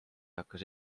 hakkas